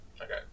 Okay